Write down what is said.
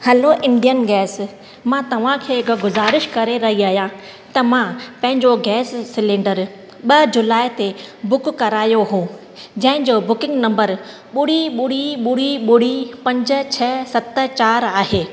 hello Indian gas मां तव्हां खे हिकु गुज़ारिश करे रही आहियां त मां पंहिंजो गैस सिलेंडर ॿ जुलाए ते बुक करायो हो जंहिंजो बुकिंग नंबर ॿुड़ी ॿुड़ी ॿुड़ी ॿुड़ी पंज छह सत चार आहे